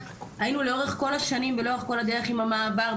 היינו לאורך כל השנים ולאורך כל הדרך עם המעבר,